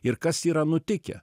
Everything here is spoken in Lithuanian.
ir kas yra nutikę